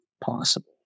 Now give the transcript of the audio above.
possible